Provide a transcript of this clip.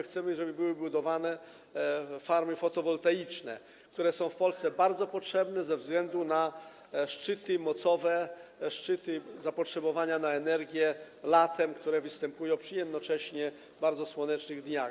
Chcemy, żeby były tam budowane farmy fotowoltaiczne, które są w Polsce bardzo potrzebne ze względu na szczyty mocowe, szczyty zapotrzebowania na energię latem, które występują przy jednocześnie bardzo słonecznych dniach.